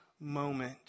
moment